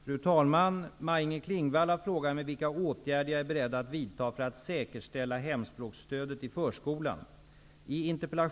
Fru talman! Maj-Inger Klingvall har frågat mig vilka åtgärder jag är beredd att vidta för att säkerställa hemspråksstödet i förskolan.